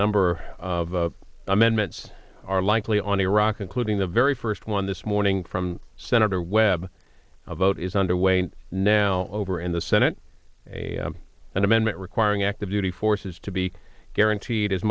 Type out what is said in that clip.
number of amendments are likely on iraq including the very first one this morning from senator webb a vote is under way right now over in the senate a an amendment requiring active duty forces to be guaranteed as